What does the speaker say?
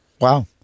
Wow